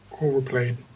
Overplayed